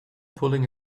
pulling